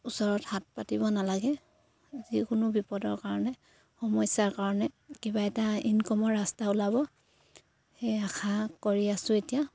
ওচৰত হাত পাতিব নালাগে যিকোনো বিপদৰ কাৰণে সমস্যাৰ কাৰণে কিবা এটা ইনকমৰ ৰাস্তা ওলাব সেই আশা কৰি আছোঁ এতিয়া